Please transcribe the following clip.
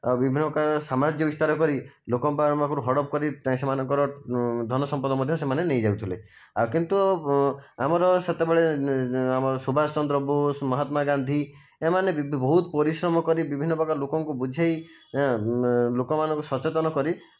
ଆଉ ବିଭିନ୍ନ ପ୍ରକାର ସାମ୍ରାଜ୍ୟ ବିସ୍ତାର କରି ଲୋକଙ୍କ ପାଖରୁ ହଡ଼ପ କରି ସେମାନଙ୍କର ଧନସମ୍ପଦ ମଧ୍ୟ ସେମାନେ ନେଇଯାଉଥିଲେ କିନ୍ତୁ ଆମର ସେତେବେଳେ ଆମର ସୁବାଷ ଚନ୍ଦ୍ର ବୋଷ ମହାତ୍ମା ଗାନ୍ଧୀ ଏମାନେ ବି ବହୁତ ପରିଶ୍ରମ କରି ବିଭିନ୍ନ ପ୍ରକାର ଲୋକଙ୍କୁ ବୁଝାଇ ଲୋକମାନଙ୍କୁ ସଚେତନ କରି